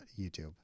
youtube